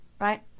right